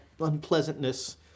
unpleasantness